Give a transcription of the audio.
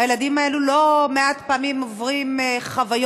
הילדים האלו לא מעט פעמים עוברים חוויות,